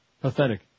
pathetic